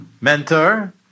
mentor